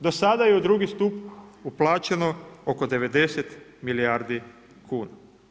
Do sada je u drugi stup uplaćeno oko 90 milijardi kuna.